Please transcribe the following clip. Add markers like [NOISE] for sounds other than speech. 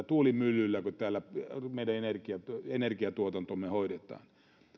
[UNINTELLIGIBLE] tuulimyllyilläkö täällä meidän energiatuotantomme hoidetaan